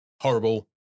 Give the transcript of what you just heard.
horrible